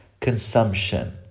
consumption